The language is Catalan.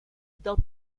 del